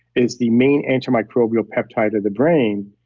is the main antimicrobial peptide of the brain.